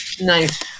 Nice